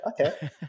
okay